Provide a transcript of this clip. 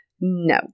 No